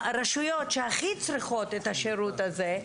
הרשויות שהכי צריכות את השירות הזה,